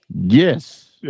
Yes